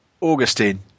Augustine